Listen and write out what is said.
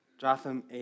Jotham